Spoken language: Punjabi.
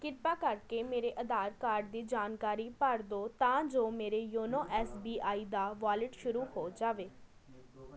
ਕਿਰਪਾ ਕਰਕੇ ਮੇਰੇ ਆਧਾਰ ਕਾਰਡ ਦੀ ਜਾਣਕਾਰੀ ਭਰ ਦਿਉ ਤਾਂ ਜੋ ਮੇਰੇ ਯੋਨੋ ਐਸ ਬੀ ਆਈ ਦਾ ਵਾਲਿਟ ਸ਼ੁਰੂ ਹੋ ਜਾਵੇ